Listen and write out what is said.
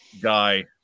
guy